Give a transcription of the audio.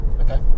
Okay